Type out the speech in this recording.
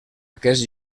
aquests